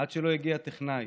עד שלא הגיע טכנאי